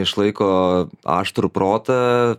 išlaiko aštrų protą